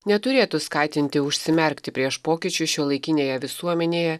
neturėtų skatinti užsimerkti prieš pokyčius šiuolaikinėje visuomenėje